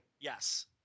Yes